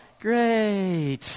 Great